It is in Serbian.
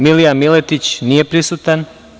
Milija Miletić, nije prisutan.